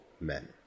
men